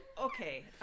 okay